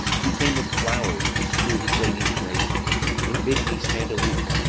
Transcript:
he came with flowers to strew his lady's grave and bid me stand aloof,